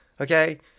Okay